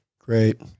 Great